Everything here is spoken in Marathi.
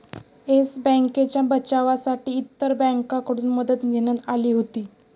येस बँकेच्या बचावासाठी इतर बँकांकडून मदत घेण्यात आली होती